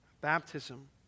baptism